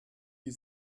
die